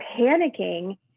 panicking